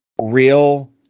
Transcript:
real